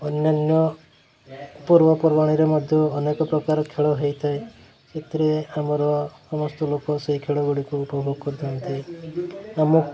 ଅନ୍ୟାନ୍ୟ ପର୍ବପର୍ବାଣିରେ ମଧ୍ୟ ଅନେକ ପ୍ରକାର ଖେଳ ହେଇଥାଏ ସେଥିରେ ଆମର ସମସ୍ତ ଲୋକ ସେଇ ଖେଳ ଗୁଡ଼ିକୁ ଉପଭୋଗ କରିଥାନ୍ତି ଆମ